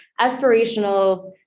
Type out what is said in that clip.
aspirational